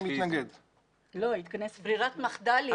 ברירת המחדל.